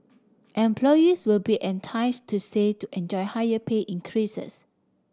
employees will be enticed to stay to enjoy higher pay increases